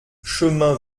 chemin